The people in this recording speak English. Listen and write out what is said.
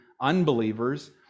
unbelievers